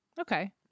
Okay